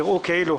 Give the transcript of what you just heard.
יראו כאילו,